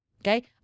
Okay